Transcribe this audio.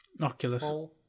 Oculus